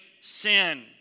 sin